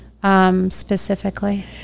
Specifically